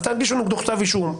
אז תגישו נגדו כתב אישום.